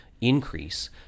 increase